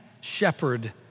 shepherd